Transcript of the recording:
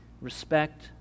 respect